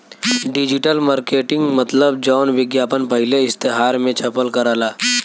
digital marketing मतलब जौन विज्ञापन पहिले इश्तेहार मे छपल करला